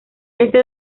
este